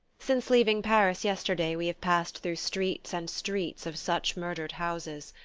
since leaving paris yesterday we have passed through streets and streets of such murdered houses,